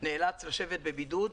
נאלץ לשבת בבידוד,